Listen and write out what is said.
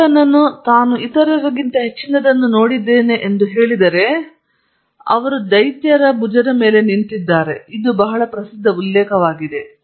ಮತ್ತು ನ್ಯೂಟನ್ರು ನಾನು ಇತರರಿಗಿಂತ ಹೆಚ್ಚಿನದನ್ನು ನೋಡಿದ್ದೇನೆ ಎಂದು ಹೇಳಿದರೆ ಅದು ದೈತ್ಯ ಭುಜದ ಮೇಲೆ ನಿಂತಿದೆ ಇದು ಬಹಳ ಪ್ರಸಿದ್ಧ ಉಲ್ಲೇಖವಾಗಿದೆ